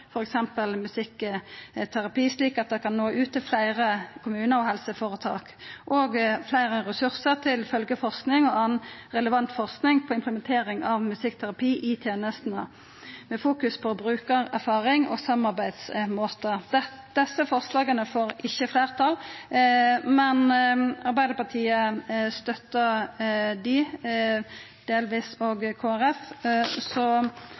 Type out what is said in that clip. f.eks. musikkterapi, slik at denne type behandling kan realiseres i flere kommuner og i helseforetak.» Forslag nr. 4 lyder: «Stortinget ber regjeringen sørge for ressurser til følgeforskning og annen relevant forskning på implementering av musikkterapi i tjenestene, med fokus på brukererfaringer og samarbeidsmåter.» Sosialistisk Venstreparti og Miljøpartiet De Grønne har varslet støtte til forslagene. Det voteres over forslagene